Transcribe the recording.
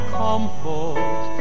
comfort